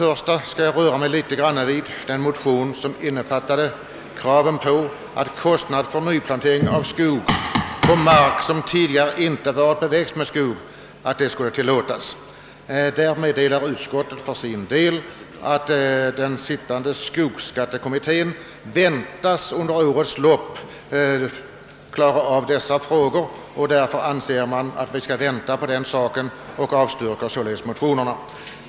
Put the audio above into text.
Först skall jag uppehålla mig litet vid de motioner i vilka kräves en utredning rörande avdragsrätt för kostnad för nyanlagd skogsplantering. Där meddelar utskottet att den arbetande skogsskattekommittén under innevarande år väntas bli klar med sitt arbete. Utskottet har ansett att man skall vänta på detta och avstyrker därför motionerna.